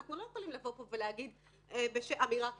אנחנו לא יכולים לבוא לפה ולהגיד אמירה כוללת.